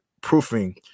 proofing